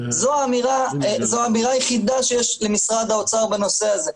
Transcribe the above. זו האמירה היחידה שיש למשרד האוצר בנושא הזה.